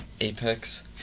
Apex